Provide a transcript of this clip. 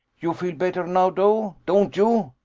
you feel better now, dough, don't you?